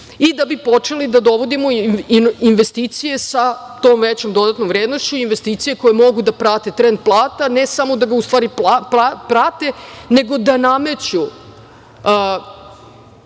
i da bi počeli da dovodimo investicije sa tom većom dodatnom vrednošću, investicije koje mogu da prate trend plata, ne samo da ga u stvari prate, nego da nameću